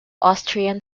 austrian